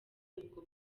ubwo